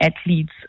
athletes